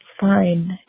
fine